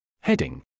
Heading